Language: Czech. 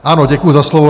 Ano, děkuji za slovo.